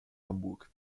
hamburg